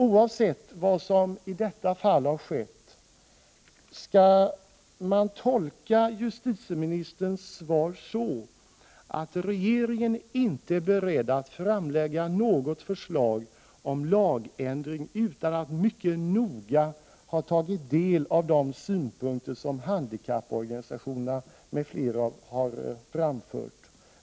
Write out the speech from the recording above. Oavsett vad som i detta fall skett, skall man tolka justitieministerns svar så att regeringen inte är beredd att framlägga något förslag om lagändring utan att mycket noga ha tagit del av de synpunkter som handikapporganisationerna m.fl. har framfört?